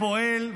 פועל,